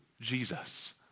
Jesus